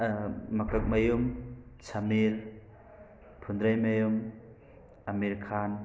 Makakmayum Samir Phundreimayum Amir Khan